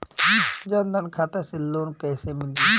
जन धन खाता से लोन कैसे मिली?